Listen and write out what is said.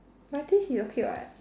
my taste is okay [what]